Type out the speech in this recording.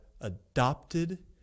adopted